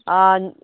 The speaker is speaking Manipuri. ꯑꯥ